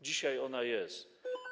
Dzisiaj ona jest.